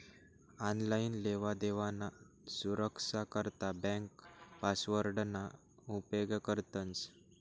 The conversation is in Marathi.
आनलाईन लेवादेवाना सुरक्सा करता ब्यांक पासवर्डना उपेग करतंस